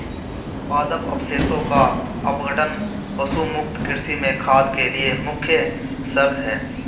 पादप अवशेषों का अपघटन पशु मुक्त कृषि में खाद के लिए मुख्य शर्त है